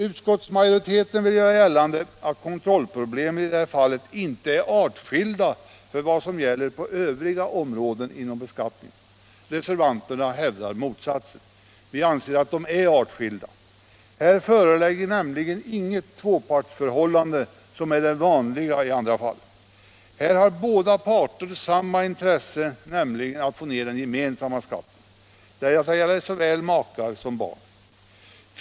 Utskottsmajoriteten vill göra gällande att kontrollproblemen i det här fallet inte är artskilda från vad som gäller på övriga områden inom beskattningen. Reservanterna hävdar motsatsen. Vi anser att de är artskilda. Här föreligger nämligen inget tvåpartsförhållande, vilket är det vanliga i andra fall. Här har båda parter samma intresse, nämligen att få ner den gemensamma skatten. Detta gäller såväl makar som barn.